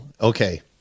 okay